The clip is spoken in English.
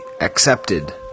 accepted